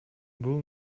бул